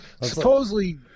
supposedly